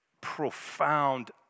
profound